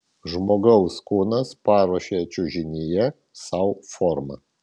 žmogaus kūnas paruošia čiužinyje sau formą